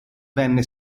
venne